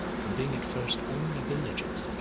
from being at first only villages,